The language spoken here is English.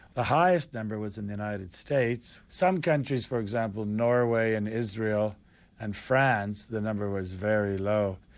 highest number was in the united states. some countries for example norway and israel and france, the number was very low.